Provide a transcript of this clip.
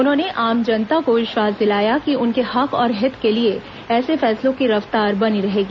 उन्होंने आम जनता को विश्वास दिलाया कि उनके हक और हित के लिए ऐसे फैसलों की रफ्तार बनी रहेगी